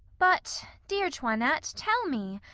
but, dear toinette, tell me,